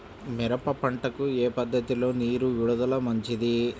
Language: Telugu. మిరప పంటకు ఏ పద్ధతిలో నీరు విడుదల మంచిది?